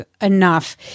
enough